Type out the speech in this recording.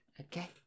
okay